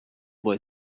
boy